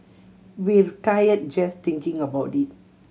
we're tired just thinking about it